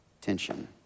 tension